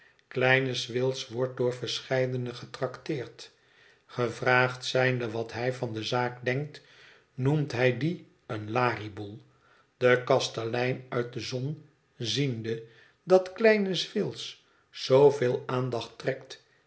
kleine swills wordt door verscheidene getrakteerd gevraagd zijnde wat hij van de zaak denkt noemt hij die een lariboel de kastelein uit de zon ziende dat kleine swills zooveel aandacht trekt